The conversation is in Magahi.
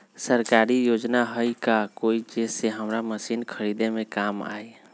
सरकारी योजना हई का कोइ जे से हमरा मशीन खरीदे में काम आई?